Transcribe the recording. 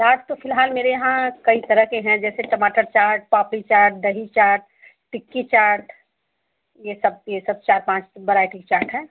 चाट तो फिलहाल मेरे यहाँ कई तरह के हैं जैसे टमाटर चाट पापड़ी चाट दही चाट टिक्की चाट ए सब ए सब चार पाँच वैराइटी चाट हैं